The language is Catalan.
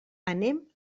anem